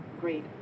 great